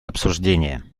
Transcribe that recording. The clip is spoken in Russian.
обсуждение